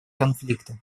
конфликты